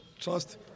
trust